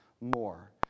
more